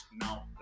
now